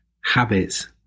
habits